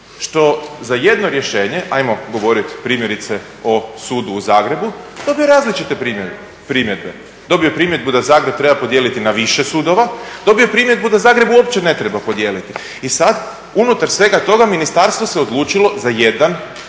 što za jedno rješenje, ajmo govoriti primjerice o sudu u Zagrebu, dobiju različite primjedbe, dobije primjedbu da Zagreb treba podijeliti na više sudova, dobije primjedbu da Zagreb uopće ne treba podijeliti. I sad, unutar svega toga ministarstvo se odlučilo za jedan pristup